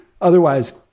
Otherwise